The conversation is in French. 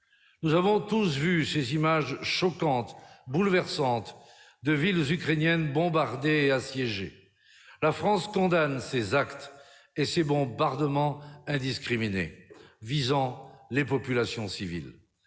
Nous avons tous vu ces images choquantes, bouleversantes, de villes ukrainiennes bombardées et assiégées. La France condamne ces actes et ces bombardements indiscriminés visant les populations civiles.